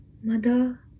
Mother